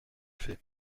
fais